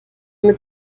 mit